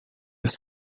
his